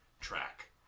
track